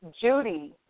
Judy